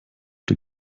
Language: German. der